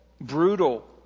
brutal